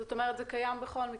זאת אומרת שזה קיים בכל מקרה?